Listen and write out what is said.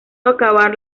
acabar